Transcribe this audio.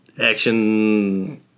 action